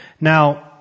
Now